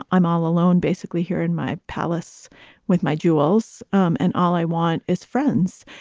i'm all alone basically here in my palace with my jewels. um and all i want is friends.